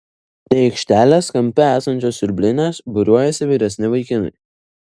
prie aikštelės kampe esančios siurblinės būriuojasi vyresni vaikinai